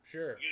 Sure